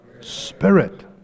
spirit